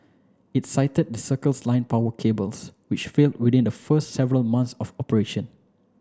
it cited the Circles Line power cables which failed within the first several months of operation